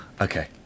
Okay